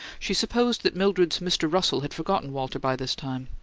she supposed that mildred's mr. russell had forgotten walter by this time.